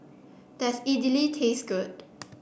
does Idili taste good